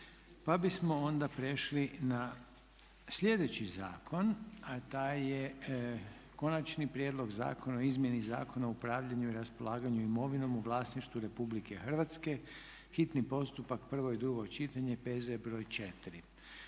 Željko (HDZ)** Slijedeća točka je konačni prijedlog Zakona o izmjeni Zakona o upravljanju i raspolaganju imovinom u vlasništvu RH, hitni postupak, prvo i drugo čitanje, P.Z.BR.4.